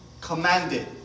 commanded